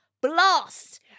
blast